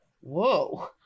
Whoa